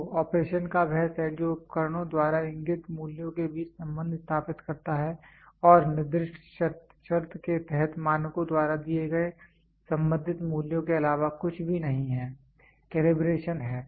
तो ऑपरेशन का वह सेट जो उपकरणों द्वारा इंगित मूल्यों के बीच संबंध स्थापित करता है और निर्दिष्ट शर्त के तहत मानकों द्वारा दिए गए संबंधित मूल्यों के अलावा कुछ भी नहीं है कैलिब्रेशन है